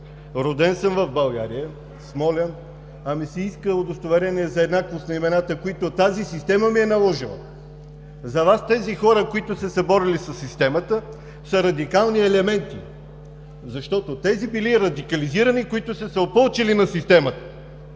роден съм в България, в Смолян, а ми се иска удостоверение за еднаквост на имената, които тази система ми е наложила. За Вас тези хора, които са се борили със системата, са радикални елементи, защото тези били радикализирани, които са се опълчили на системата.